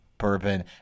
bourbon